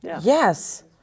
Yes